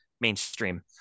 mainstream